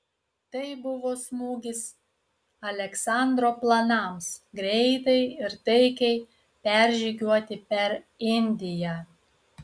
tai buvo smūgis aleksandro planams greitai ir taikiai peržygiuoti per indiją